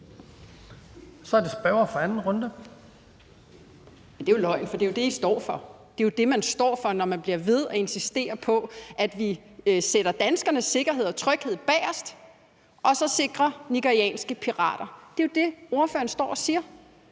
Mette Thiesen (DF): Men det er jo løgn, for det er det, man står for, når man bliver ved med at insistere på, at vi sætter danskernes sikkerhed og tryghed i anden række for at sikre nigerianske pirater. Det er jo det, ordføreren står og siger,